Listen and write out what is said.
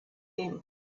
him